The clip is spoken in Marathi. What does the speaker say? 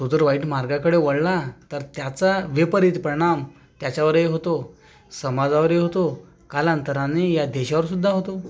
तो जर तो वाईट मार्गाकडे वळला तर त्याचा विपरीत परिणाम त्याच्यावरही होतो समाजावरही होतो कालांतराने या देशावरसुद्धा होतो